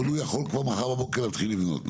אבל הוא יכול כבר מחר בבוקר להתחיל לבנות,